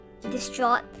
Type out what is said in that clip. distraught